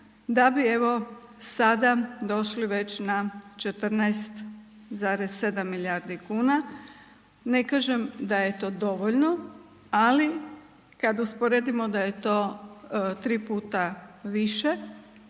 da bi evo sada došli već na 14,7 milijardi kuna. Ne kažem da je to dovoljno ali kad usporedimo da je to 3 puta više